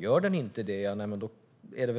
Gör den inte det är